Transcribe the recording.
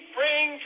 bring